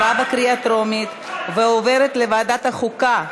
לוועדת החוקה,